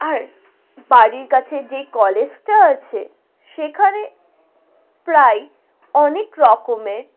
আর বাড়ির কাছে যেই কলেজটা আছে সেখানে প্রায়ই অনেক রকমের